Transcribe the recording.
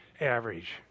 average